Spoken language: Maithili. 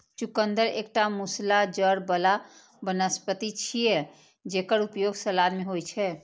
चुकंदर एकटा मूसला जड़ बला वनस्पति छियै, जेकर उपयोग सलाद मे होइ छै